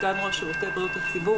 סגן ראש שירותי בריאות הציבור.